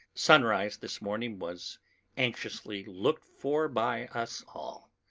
sunrise this morning was anxiously looked for by us all.